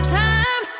time